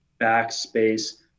backspace